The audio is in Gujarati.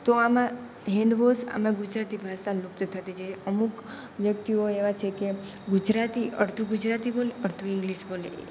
તો આમાં હેન્ડ વોસ આમાં ગુજરાતી ભાષા લુપ્ત થતી જાય અમુક વ્યક્તિઓ એવા છે કે ગુજરાતી અડધું ગુજરાતી બોલે અડધું ઇંગ્લિસ બોલે